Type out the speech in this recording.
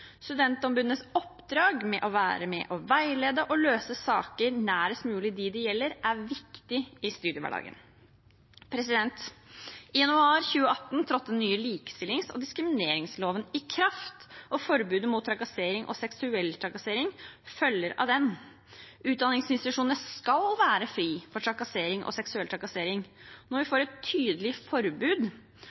Studentombudenes oppdrag, det å være med på å veilede og løse saker nærest mulig dem det gjelder, er viktig i studiehverdagen. I januar 2018 trådte den nye likestillings- og diskrimineringsloven i kraft, og forbudet mot trakassering og seksuell trakassering følger av den. Utdanningsinstitusjonene skal være fri for trakassering og seksuell trakassering. Når vi får et tydelig forbud